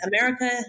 America